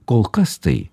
kol kas tai